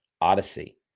Odyssey